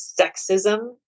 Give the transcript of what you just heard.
sexism